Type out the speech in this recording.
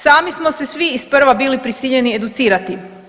Sami smo se svi isprva bili prisiljeni educirati.